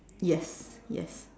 yes yes